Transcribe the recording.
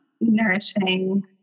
nourishing